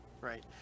right